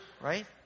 Right